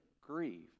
grieve